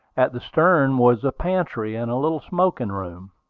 at the stern was a pantry and a little smoking-room.